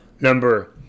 number